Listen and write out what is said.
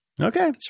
Okay